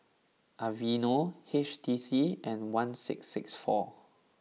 Aveeno H T C and one six six four